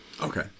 Okay